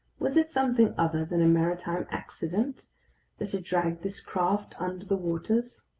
was it something other than a maritime accident that had dragged this craft under the waters?